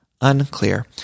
Unclear